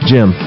Jim